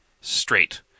straight